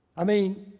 i mean,